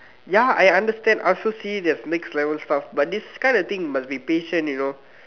ya I understand I also see there's next level stuff but this kind of thing must be patient you know